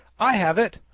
i have it,